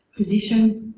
position,